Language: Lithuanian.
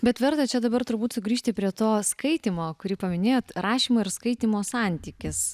bet verta čia dabar turbūt sugrįžti prie to skaitymo kurį paminėjot rašymo ir skaitymo santykis